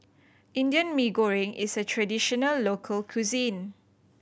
Indian Mee Goreng is a traditional local cuisine